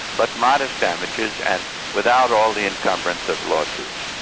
but modest damages, and without all the encumbrance of lawsuits.